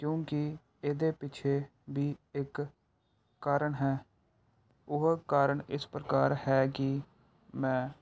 ਕਿਉਂਕਿ ਇਹਦੇ ਪਿੱਛੇ ਵੀ ਇੱਕ ਕਾਰਨ ਹੈ ਉਹ ਕਾਰਨ ਕਿਸ ਪ੍ਰਕਾਰ ਹੈ ਕਿ ਮੈਂ